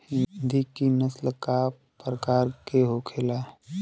हिंदी की नस्ल का प्रकार के होखे ला?